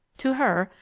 to her,